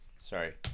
Sorry